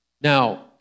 Now